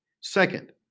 Second